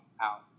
out